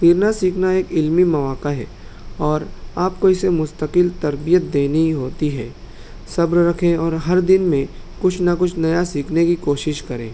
تیرنا سیکھنا ایک علمی مواقع ہے اور آپ کو اسے مستقل تربیت دینی ہوتی ہے صبر رکھیں اور ہر دن میں کچھ نہ کچھ نیا سیکھنے کی کوشش کریں